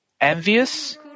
envious